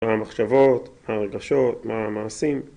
המחשבות, הרגשות, מה המעשים